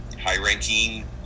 high-ranking